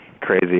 crazy